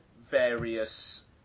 various